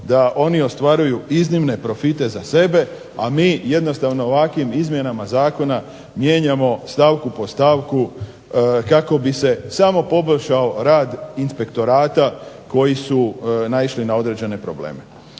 da oni ostvaruju iznimne profite za sebe, a mi jednostavno ovakvim izmjenama zakona mijenjamo stavku po stavku kako bi se samo poboljšao rad inspektorata koji su naišli na određene probleme.